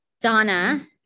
Donna